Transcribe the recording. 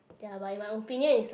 ya but in my opinion it's like